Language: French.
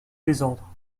désordre